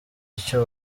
icyo